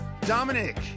Dominic